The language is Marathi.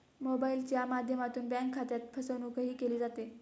मोबाइलच्या माध्यमातून बँक खात्यात फसवणूकही केली जाते